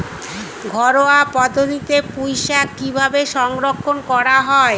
ঘরোয়া পদ্ধতিতে পুই শাক কিভাবে সংরক্ষণ করা হয়?